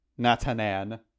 Natanan